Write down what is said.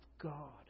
God